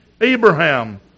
Abraham